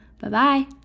Bye-bye